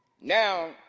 Now